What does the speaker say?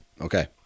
okay